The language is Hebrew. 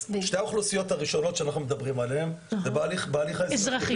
אז שתי האוכלוסיות הראשונות שאנחנו מדברים עליהן זה בהליך האזרחי,